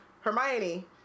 Hermione